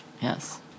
Yes